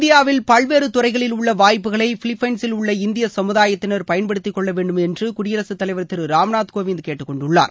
இந்தியாவில் பல்வேறு துறைகளில் உள்ள வாய்ப்புகளை பிலிப்பைன்சிலுள்ள இந்திய கமுதாயத்தினர் பயன்படுத்திக்கொள்ள வேண்டும் என்று குடியரசு தலைவர் திரு ராம்நாத் கோவிந்த் கேட்டுக்கொண்டுள்ளார்